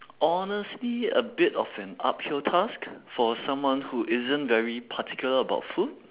honestly a bit of an uphill task for someone who isn't very particular about food